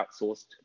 outsourced